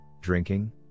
drinking